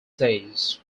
days